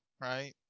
right